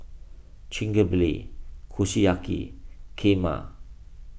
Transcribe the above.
Kushiyaki Kheema